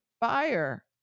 buyer